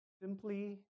simply